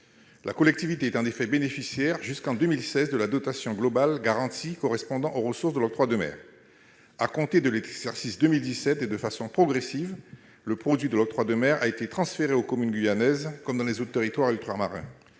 La collectivité a effectivement bénéficié, jusqu'en 2016, de la dotation globale garantie correspondant aux ressources de l'octroi de mer. À compter de l'exercice 2017, et de façon progressive, le produit de l'octroi de mer a été transféré aux communes guyanaises, comme dans les autres territoires ultramarins.